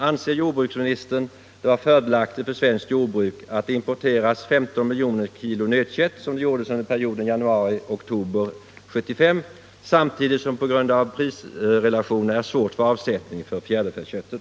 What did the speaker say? Anser jordbruksministern det vara fördelaktigt för svenskt jordbruk att det importeras 15 miljoner kilo nötkött, som man gjorde under perioden januari-oktober 1975, samtidigt som det på grund av prisrelationerna är svårt att få avsättning för fjäderfäköttet?